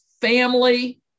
family